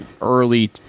early